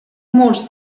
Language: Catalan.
murs